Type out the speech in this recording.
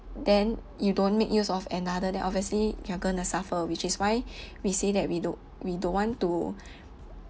then you don't make use of another then obviously you're going to suffer which is why we say that we do~ we don't want to